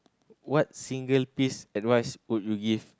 what single piece advice would you give